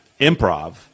improv